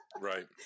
Right